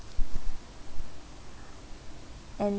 and